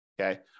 Okay